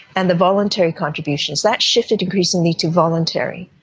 and the voluntary contributions. that shifted increasingly to voluntary,